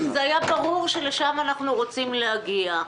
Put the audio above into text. זה היה ברור שלשם אנחנו רוצים להגיע.